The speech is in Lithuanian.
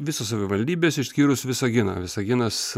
visos savivaldybės išskyrus visaginą visaginas